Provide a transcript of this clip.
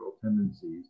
tendencies